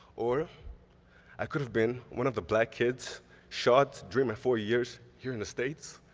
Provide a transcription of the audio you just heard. or i could have been one of the black kids shot during my four years here in the states,